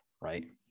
Right